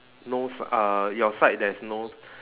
no s~ uh your side there's no